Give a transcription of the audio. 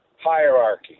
hierarchy